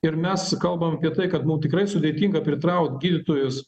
ir mes kalbam apie tai kad mums tikrai sudėtinga pritraukt gydytojus